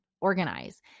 organize